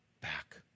back